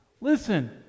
Listen